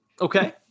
Okay